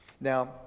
Now